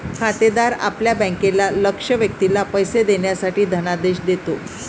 खातेदार आपल्या बँकेला लक्ष्य व्यक्तीला पैसे देण्यासाठी धनादेश देतो